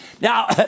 Now